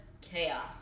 chaos